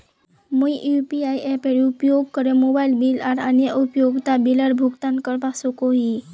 मुई यू.पी.आई एपेर उपयोग करे मोबाइल बिल आर अन्य उपयोगिता बिलेर भुगतान करवा सको ही